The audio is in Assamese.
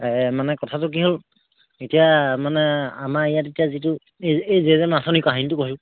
মানে কথাটো কি হ'ল এতিয়া মানে আমাৰ ইয়াত এতিয়া যিটো এই